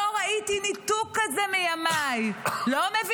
לא ראיתי ניתוק כזה מימיי,